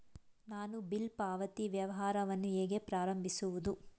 ನಾನು ಬಿಲ್ ಪಾವತಿ ವ್ಯವಹಾರವನ್ನು ಹೇಗೆ ಪ್ರಾರಂಭಿಸುವುದು?